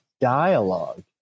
dialogue